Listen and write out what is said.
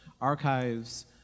archives